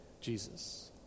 Jesus